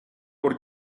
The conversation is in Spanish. por